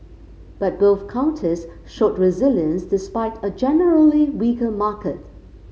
but both counters showed resilience despite a generally weaker market